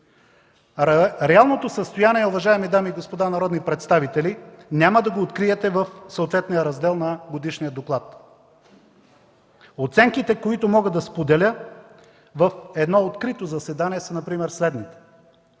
Реалното състояние, уважаеми дами и господа народни представители, няма да го откриете в съответния раздел на годишния доклад. Оценките, които мога да споделя в едно открито заседание, са например следните: